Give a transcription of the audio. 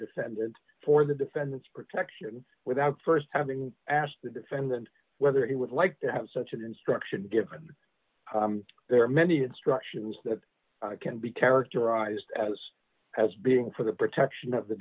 d for the defendant's protection without st having asked the defendant whether he would like to have such an instruction given there are many instructions that can be characterized as as being for the protection of the